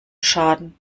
schaden